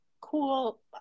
Cool